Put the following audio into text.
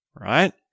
right